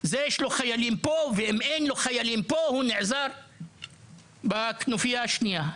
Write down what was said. זה יש לו חיילם פה ואם אין לו חיילים פה אז הוא נעזר בכנופייה השנייה.